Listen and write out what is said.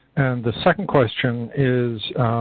and the second question is,